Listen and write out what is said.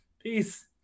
Peace